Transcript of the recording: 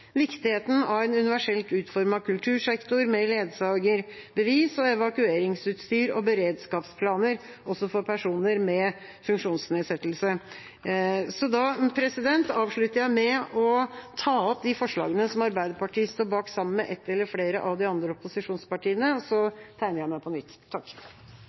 en universelt utformet kultursektor, med ledsagerbevis og evakueringsutstyr og beredskapsplaner også for personer med funksjonsnedsettelse. Jeg avslutter med å ta opp de forslagene Arbeiderpartiet står bak sammen med ett eller flere av de andre opposisjonspartiene – og så tegner jeg meg for et nytt